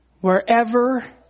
wherever